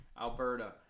Alberta